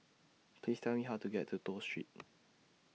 Please Tell Me How to get to Toh Street